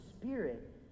spirit